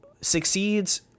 succeeds